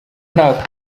nta